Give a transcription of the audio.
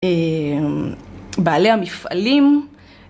בעלי המפעלים.